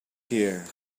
here